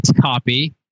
copy